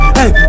Hey